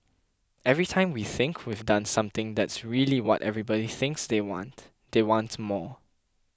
every time we think we've done something that's really what everybody thinks they want they want more